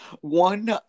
One